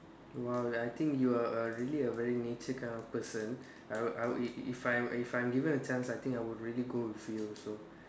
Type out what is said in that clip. !wow! I think you're a really a very nature kind of person I would I would if if I if I'm if I'm given a chance I think I would really go with you also